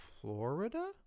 florida